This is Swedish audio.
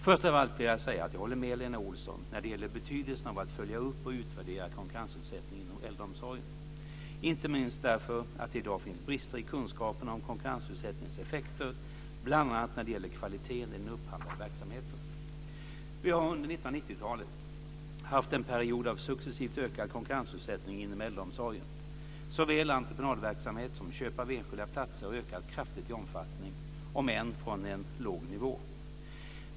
Först av allt vill jag säga att jag håller med Lena Olsson när det gäller betydelsen av att följa upp och utvärdera konkurrensutsättningen inom äldreomsorgen, inte minst därför att det i dag finns brister i kunskaperna om konkurrensutsättningens effekter bl.a. när det gäller kvaliteten i den upphandlade verksamheten. Vi har under 1990-talet haft en period av successivt ökad konkurrensutsättning inom äldreomsorgen. Såväl entreprenadverksamhet som köp av enskilda platser har ökat kraftigt i omfattning, om än från en låg nivå.